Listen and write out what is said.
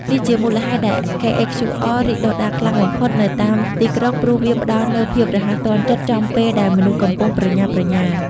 នេះជាមូលហេតុដែល KHQR រីកដុះដាលខ្លាំងបំផុតនៅតាមទីក្រុង ព្រោះវាផ្ដល់នូវភាពរហ័សទាន់ចិត្តចំពេលដែលមនុស្សកំពុងប្រញាប់ប្រញាល់។